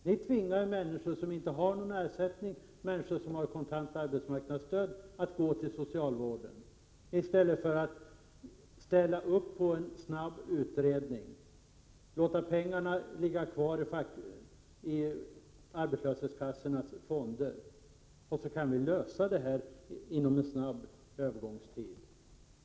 Ni tvingar människor som inte har någon ersättning, människor som har KAS, att gå till socialvården, i stället för att ställa upp på en snabb utredning och låta pengarna ligga kvar i arbetslöshetskassornas fonder; då kan vi lösa det här inom en kort övergångstid.